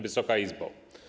Wysoka Izbo!